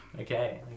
Okay